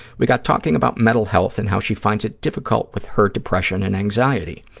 we got talking about mental health and how she finds it difficult with her depression and anxiety.